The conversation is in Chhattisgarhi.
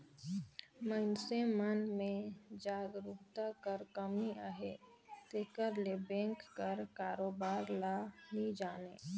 मइनसे मन में जागरूकता कर कमी अहे तेकर ले बेंक कर कारोबार ल नी जानें